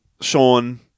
Sean